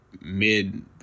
mid